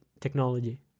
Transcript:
technology